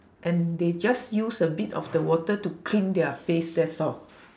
and they just use a bit of the water to clean their face that's all